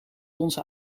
onze